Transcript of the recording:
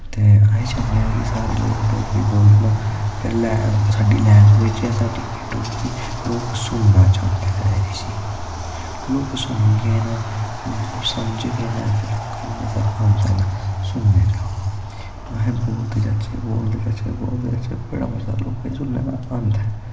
च ते अस चाह्न्ने आं कि सारे लोग डोगरी बोलन फिर साढ़ा लैंग्वेज़ ऐ साढ़ी डोगरी लोग सुनना चांह्दे नै इसी लोग सुनन गे न समझदै नै मज़ा आंदा इयां सुनने दा अस बोलदे जाच्चै बोलदे जाच्चै बोलदे जाच्चै बड़ा मज़ा सुनने दा लोकें आंदा